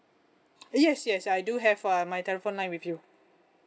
yes yes I do have uh my telephone line with you